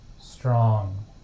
strong